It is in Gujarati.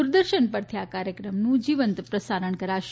દૂરદર્શન પરથી આ કાર્યક્રમનું જીવંત પ્રસારણ કરાશે